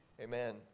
Amen